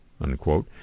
unquote